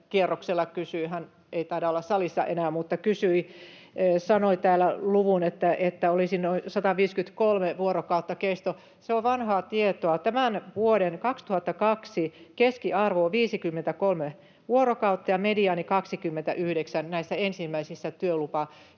Hän ei taida olla salissa enää, mutta kysyi. Hän sanoi täällä luvun, että kesto olisi noin 153 vuorokautta. Se on vanhaa tietoa. Tämän vuoden 2022 keskiarvo on 53 vuorokautta ja mediaani 29 näissä ensimmäisissä